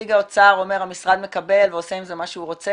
שנציג האוצר אומר המשרד מקבל ועושה עם זה מה שהוא רוצה